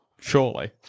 Surely